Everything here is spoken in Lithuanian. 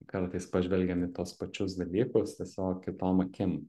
kartais pažvelgiam į tuos pačius dalykus tiesiog kitom akim